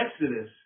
Exodus